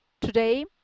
today